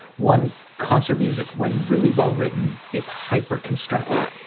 one, concert music, when really well written is hyper-constructed.